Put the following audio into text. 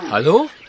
Hallo